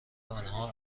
آنها